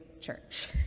church